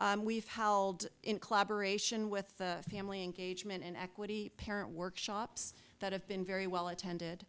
spanish we've held in collaboration with family engagement and equity parent workshops that have been very well attended